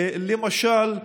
למשל,